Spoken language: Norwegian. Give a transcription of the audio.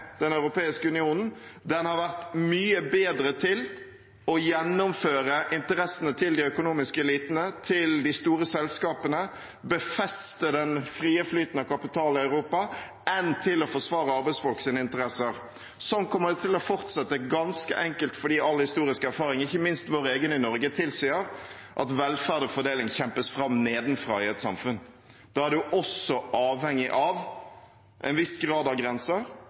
Den europeiske union – den har vært mye bedre til å gjennomføre de økonomiske elitenes og de store selskapenes interesser og til å befeste den frie flyten av kapital i Europa enn til å forsvare arbeidsfolks interesser. Slik kommer det til å fortsette, ganske enkelt fordi all historisk erfaring – ikke minst vår egen her i Norge – tilsier at velferd og fordeling kjempes fram nedenfra i et samfunn. Da er man også avhengig av en